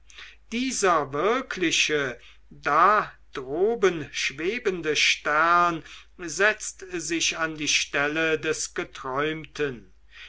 dieser wirkliche da droben schwebende stern setzt sich an die stelle des geträumten